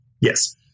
Yes